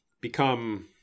become